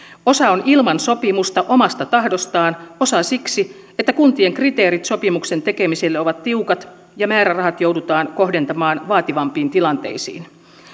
osa on ilman sopimusta omasta tahdostaan osa siksi että kuntien kriteerit sopimuksen tekemiselle ovat tiukat ja määrärahat joudutaan kohdentamaan vaativampiin tilanteisiin